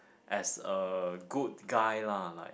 as a good guy lah like